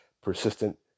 persistent